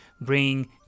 bring